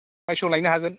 बायसनान लायनो हागोन